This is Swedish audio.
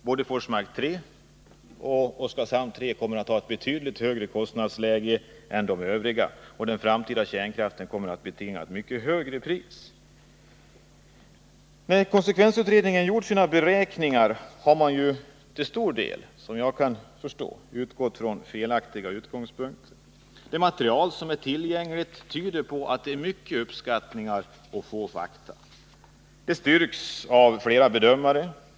Både Forsmark 3 och Oskarshamn 3 kommer att ha ett betydligt högre kostnadsläge än övriga kärnkraftverk, och den framtida kärnkraften kommer att bli mycket dyrare. När konsekvensutredningen gjort sina beräkningar har man till stor del, enligt vad jag kan se, utgått från felaktiga utgångspunkter. Det material som är tillgängligt tyder på många uppfattningar och få fakta. Detta styrks av flera bedömare.